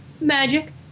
Magic